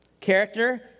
Character